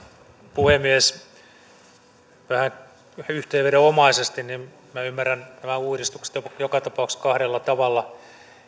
puhemies vähän yhteenvedonomaisesti minä ymmärrän nämä uudistukset joka joka tapauksessa kahdella tavalla